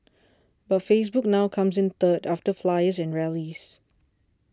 but Facebook now comes in third after flyers and rallies